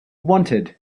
wanted